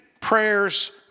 prayers